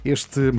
Este